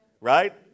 Right